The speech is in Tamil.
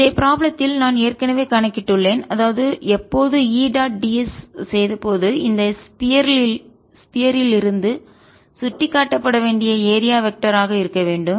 முந்தைய ப்ராப்ளம் த்தில் நான் ஏற்கனவே கணக்கிட்டுள்ளேன்அதாவது எப்போது E டாட் ds செய்தபோது இந்த ஸஃபியர் லிருந்து கோளத்திலிருந்து சுட்டிக்காட்டப்பட வேண்டிய ஏரியா வெக்டர் ஆக இருக்க வேண்டும்